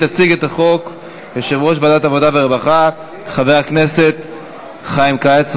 יציג את הצעת החוק יושב-ראש ועדת העבודה והרווחה חבר הכנסת חיים כץ.